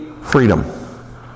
freedom